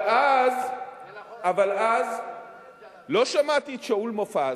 אבל אז לא שמעתי את שאול מופז